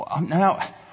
Now